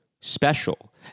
special